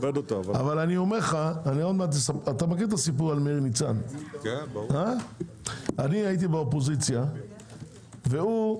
אתה מכיר את הסיפור על מאיר ניצן הייתי באופוזיציה והוא,